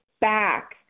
back